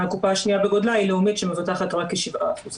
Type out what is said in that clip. הקופה השניה בגודלה היא לאומית שמבטחת רק כ-7%.